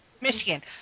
Michigan